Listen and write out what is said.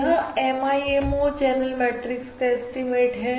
यह MIMO channel matrix का estimate है